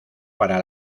para